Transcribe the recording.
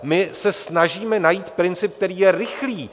My se snažíme najít princip, který je rychlý.